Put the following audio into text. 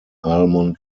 almond